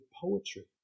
poetry